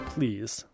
Please